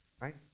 right